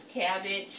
cabbage